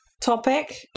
topic